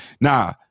Now